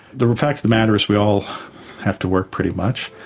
the fact of the matter is we all have to work, pretty much,